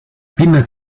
pinna